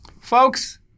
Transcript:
Folks